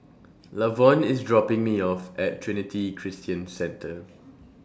Lavon IS dropping Me off At Trinity Christian Centre